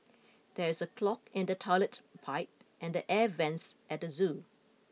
there is a clog in the toilet pipe and the air vents at the zoo